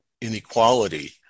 inequality